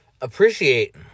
appreciate